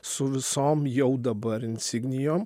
su visom jau dabar insignijom